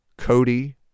Cody